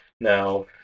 Now